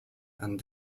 and